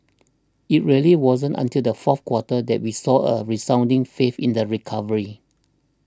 it really wasn't until the fourth quarter that we saw a resounding faith in the recovery